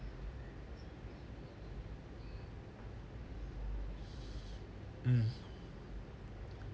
mm